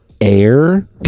air